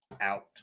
Out